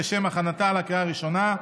לשם הכנתה לקריאה הראשונה.